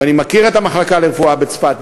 ואני מכיר את המחלקה לרפואה בצפת,